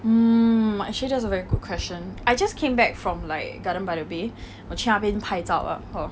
mm actually that's a very good question I just came back from like garden by the bay 我去那边拍照 lah um